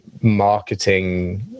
marketing